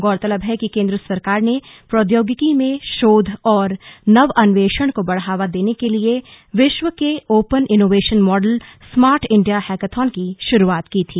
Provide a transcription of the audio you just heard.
गौरतलब है कि केंद्र सरकार ने प्रौद्योगिकी में शोध और नवअनवेषण को बढावा देने के लिए विश्व के open innovation model smart India hackathon की शुरुआत की थी